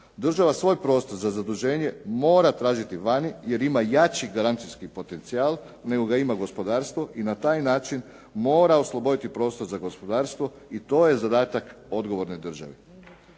Država svoj prostor za zaduženje mora tražiti vani, jer ima jači garancijski potencijal, nego ga ima gospodarstvo i na taj način mora osloboditi prostor za gospodarstvo i to je zadatak odgovorne države.